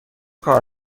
کار